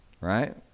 Right